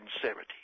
sincerity